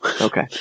Okay